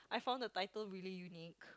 I found the title really unique